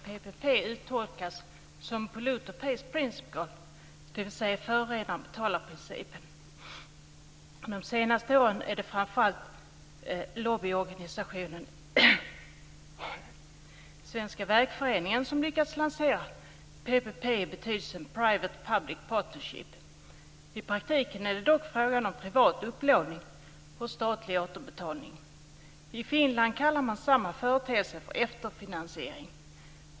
PPP uttolkas som polluter pays principle, dvs. principen förorenaren betalar. De senaste åren är det framför allt lobbyorganisationen Svenska vägföreningen som lyckats lansera PPP i betydelsen public-private partnership. I praktiken är det dock fråga om privat upplåning och statlig återbetalning. I Finland kallas samma företeelse för efterfinansiering.